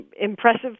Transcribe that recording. impressive